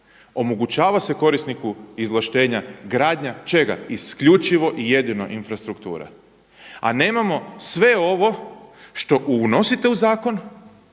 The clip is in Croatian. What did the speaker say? omogućava se korisniku izvlaštenja gradnja, čega? Isključivo i jedino infrastruktura. A nemamo, sve ovo što unosite u zakon